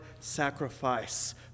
sacrifice